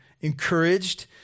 encouraged